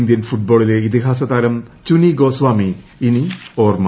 Indian ഫുട്ബോളിലെ ഇതിഹാസ താരം ചുനി ഗോസ്വാമി ഇനി ഓർമ്മ